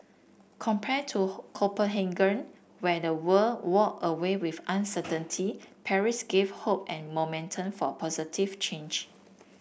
compared to Copenhagen where the world walked away with uncertainty Paris gave hope and momentum for positive change